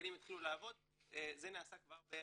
שהגלגלים יתחילו לעבוד, זה נעשה כבר ב-2017,